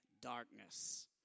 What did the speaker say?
darkness